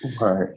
Right